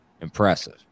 Impressive